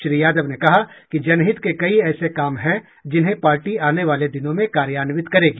श्री यादव ने कहा कि जनहित के कई ऐसे काम हैं जिन्हें पार्टी आने वाले दिनों में कार्यान्वित करेगी